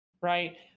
right